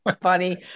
Funny